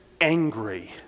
angry